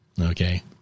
Okay